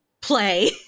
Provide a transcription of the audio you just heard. play